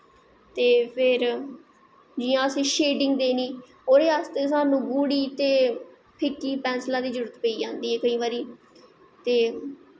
फिर जियां असैं शेडिंग देनीं ओह्दे आस्ते साह्नू गूह्ड़ी ते फिक्की पैंसला दी जरूरत पेई जंदी ऐ ते